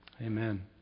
Amen